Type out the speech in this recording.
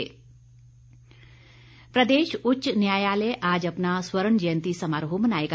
high court प्रदेश उच्च न्यायालय आज अपना स्वर्ण जयंती समारोह मनाएगा